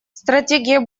стратегия